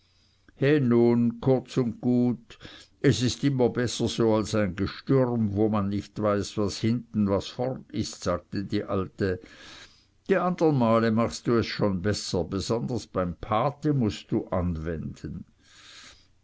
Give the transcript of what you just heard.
nun kurz und gut es ist immer besser als so ein gestürm wo man nicht weiß was hinten was vornen ist sagte die alte die andern male machst es schon besser besonders beim pate mußt anwenden